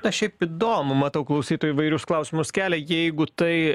na šiaip įdomu matau klausytų įvairius klausimus kelia jeigu tai